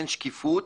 אין שקיפות,